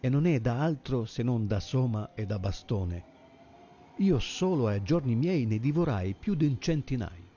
e non è da altro se non da soma e da bastone io solo a giorni miei ne divorai più d un centenaio